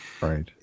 right